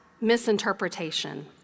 misinterpretation